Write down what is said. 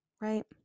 Right